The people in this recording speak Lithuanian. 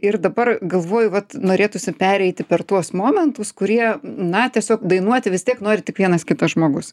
ir dabar galvoju vat norėtųsi pereiti per tuos momentus kurie na tiesiog dainuoti vis tiek nori tik vienas kitas žmogus